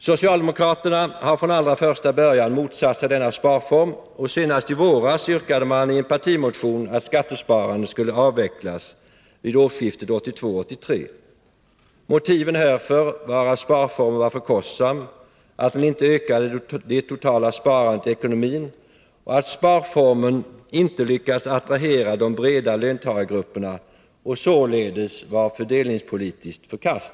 Socialdemokraterna har från allra första början motsatt sig denna sparform, och senast i våras yrkade man i en partimotion att skattesparandet skulle avvecklas vid årsskiftet 1982-1983. Motiven härför var att sparformen var för kostsam, att den inte ökade det totala sparandet i ekonomin och att sparformen inte lyckats attrahera de breda löntagargrupperna och således var fördelningspolitiskt förkastlig.